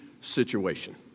situation